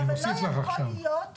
אנחנו חוזרים לקובץ הקודם.